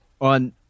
on